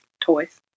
toys